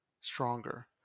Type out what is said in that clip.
stronger